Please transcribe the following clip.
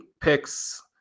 picks